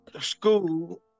school